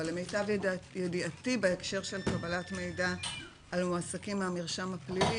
אבל למיטב ידיעתי בהקשר של קבלת מידע על מועסקים מהמרשם הפלילי,